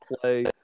play